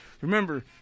Remember